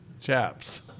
Chaps